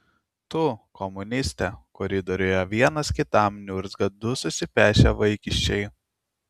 tu komuniste koridoriuje vienas kitam niurzgia du susipešę vaikiščiai